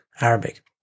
Arabic